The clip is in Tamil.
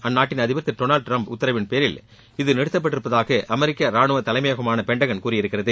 அந்நாட்டின் அதிபர் திரு டொனால்டு ட்ரம்ப் உத்தரவின்பேரில் இப்படி நிறத்தப்பட்டிருப்பதாக அமெரிக்க ராணுவம் பென்டகன் கூறியிருக்கிறது